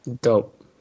Dope